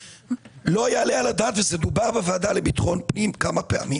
לא יעלה על הדעת וזה דובר בוועדה לביטחון פנים כמה פעמים